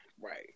Right